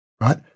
right